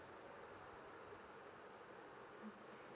mm